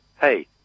hey